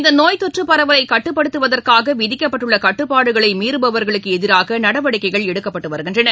இந்தநோய் தொற்றுபரவலைகட்டுப்படுத்துவதற்காகவிதிக்கப்பட்டுள்ளகட்டுப்பாடுகளைமீறுபவர்களுக்குஎதிராகநடவடிக்கைகள் எடுக்கப்பட்டுவருகின்றன